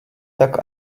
tak